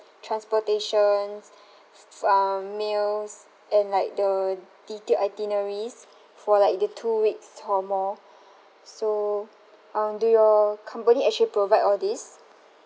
transportations s~ some meals and like the detailed itineraries for like the two weeks or more so um do your company actually provide all these